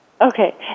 Okay